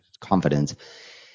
confidence